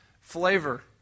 flavor